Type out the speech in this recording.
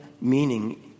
meaning